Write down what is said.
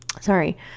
sorry